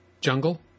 jungle